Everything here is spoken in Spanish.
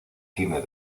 cine